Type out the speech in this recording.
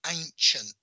ancient